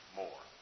more